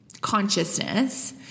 consciousness